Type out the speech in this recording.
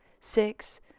six